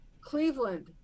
Cleveland